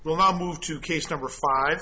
well now move to case number five